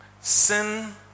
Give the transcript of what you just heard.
Sin